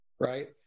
right